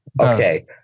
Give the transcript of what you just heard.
Okay